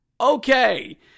Okay